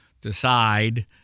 decide